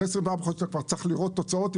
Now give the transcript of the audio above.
אחרי 24 חודשים אתה כבר צריך לראות תוצאות,